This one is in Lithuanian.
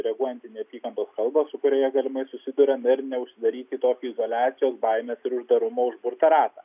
reaguojanti į neapykantos kalbą su kuria jie galimai susiduria na ir neužsidaryti į tokią izoliacijos baimės ir uždarumo užburtą ratą